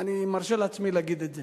אני מרשה לעצמי להגיד את זה.